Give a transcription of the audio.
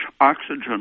oxygen